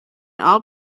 all